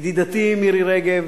ידידתי מירי רגב,